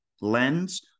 lens